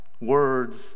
words